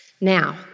Now